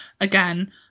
again